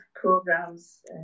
programs